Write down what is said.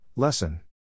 Lesson